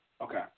Okay